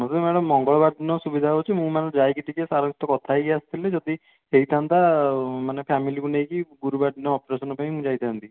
ମୋତେ ମ୍ୟାଡମ୍ ମଙ୍ଗଳବାର ଦିନ ସୁବିଧା ହେଉଛି ମୁଁ ମାନେ ଯାଇକି ଟିକେ ସାର୍ଙ୍କ ସହିତ କଥା ହେଇକି ଆସିଥିଲେ ଯଦି ହେଇଥାନ୍ତା ମାନେ ଫ୍ୟାମିଲିକୁ ନେଇକି ଗୁରୁବାର ଦିନ ଅପରେସନ୍ ପାଇଁ ମୁଁ ଯାଇଥାନ୍ତି